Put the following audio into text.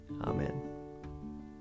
Amen